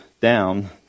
down